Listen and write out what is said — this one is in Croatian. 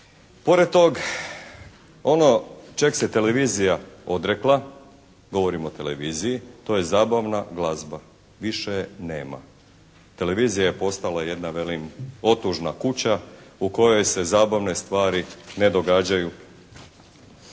Pored tog ono čeg se televizija odrekla, govorimo o televiziji to je zabavna glazba. Više je nema. Televizija je postala jedna velim otužna kuća u kojoj se zabavne stvari ne događaju.